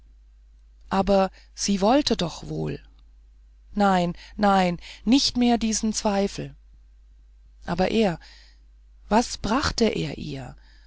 aber sie wollte doch wohl nein nein nicht mehr diesen zweifel aber er was brachte er ihr